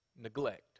neglect